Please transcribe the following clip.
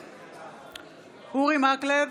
בעד אורי מקלב,